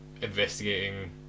investigating